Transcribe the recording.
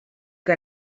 que